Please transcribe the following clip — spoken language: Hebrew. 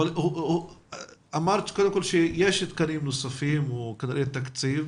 אמרת שיש תקנים נוספים או כנראה תקציב.